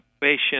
patient